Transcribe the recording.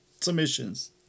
submissions